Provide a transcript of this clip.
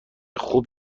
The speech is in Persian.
خوب